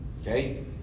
Okay